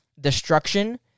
destruction